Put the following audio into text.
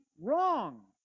wrong